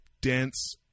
dense